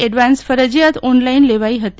advance ફરજીયાત online લેવાઈ હતી